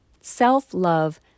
self-love